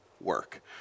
work